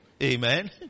Amen